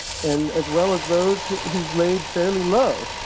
and as well as those who've laid fairly low.